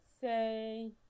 say